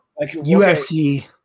USC